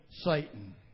Satan